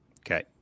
okay